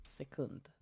sekund